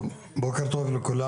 טוב, בוקר טוב לכולם.